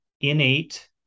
innate